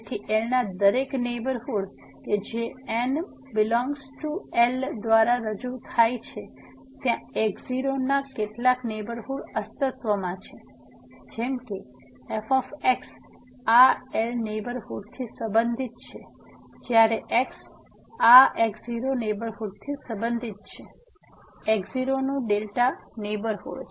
તેથી L ના દરેક નેહબરહુડ કે જે N દ્વારા રજૂ થાય છે ત્યાં x0 ના કેટલાક નેહબરહુડ અસ્તિત્વમાં છે જેમ કે f આ L નેહબરહુડ થી સંબંધિત છે જ્યારે x આ x0 નેહબરહુડ થી સંબંધિત છે x0 નું નેહબરહુડ